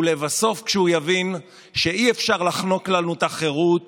ולבסוף כשהוא יבין שאי-אפשר לחנוק לנו את החירות